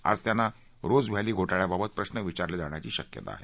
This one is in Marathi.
आज त्यांना रोज व्हेसी घोटाळ्याबाबत प्रश्न विचारले जाण्याची शक्यता आहे